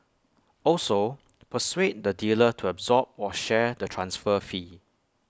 also persuade the dealer to absorb or share the transfer fee